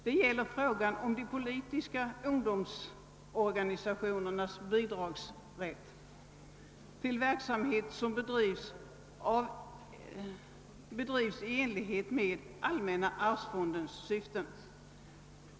Det gäller frågan om de politiska ungdomsorganisationernas rätt att få bidrag till verksamhet som bedrivs i enlighet med allmänna arvsfondens syften.